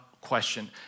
question